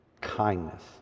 kindness